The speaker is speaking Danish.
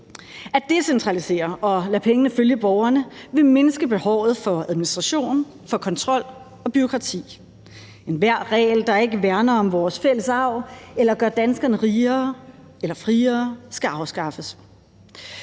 At decentralisere og lade pengene følge borgerne vil mindske behovet for administration, kontrol og bureaukrati. Enhver regel, der ikke værner om vores fælles arv eller gør danskerne rigere eller friere, skal afskaffes.